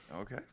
okay